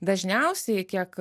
dažniausiai kiek